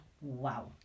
Wow